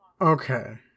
okay